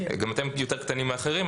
גם אתם יותר קטנים מאחרים,